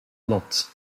lat